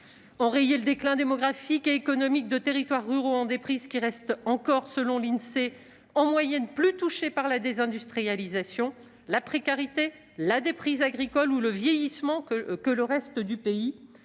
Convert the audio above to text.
enrayer le déclin démographique et économique de territoires ruraux qui, selon l'Insee, restent en moyenne plus touchés par la désindustrialisation, la précarité, la déprise agricole ou le vieillissement que le reste du pays